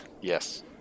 Yes